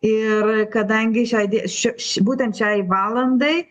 ir kadangi šiai die šio ši būtent šiai valandai